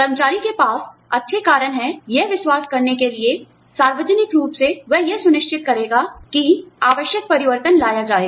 कर्मचारी के पास अच्छे कारण हैं यह विश्वास करने के लिए सार्वजनिक रूप से वह यह सुनिश्चित करेगा कि आवश्यक परिवर्तन लाया जाएगा